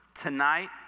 tonight